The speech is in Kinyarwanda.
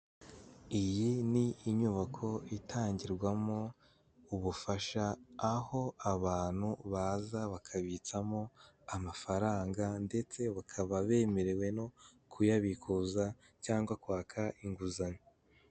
Iyi ni inyubako itangirwamo ubufasha, aho abantu baza bakabitsamo amafaranga, ndetse bakaba bemerewe no kuyabikuza, cyangwa kwaka inguzanyo.